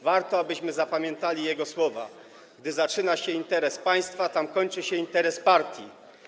Warto, abyśmy zapamiętali jego słowa: gdzie zaczyna się interes państwa, tam kończy się interes partii.